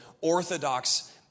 orthodox